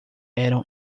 eram